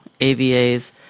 AVA's